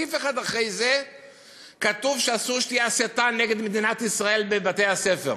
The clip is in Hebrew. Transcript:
סעיף אחד אחרי זה כתוב שאסור שתהיה הסתה נגד מדינת ישראל בבתי-הספר.